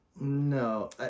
No